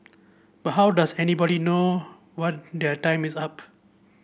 but how does anybody know what their time is up